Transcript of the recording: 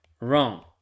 wrong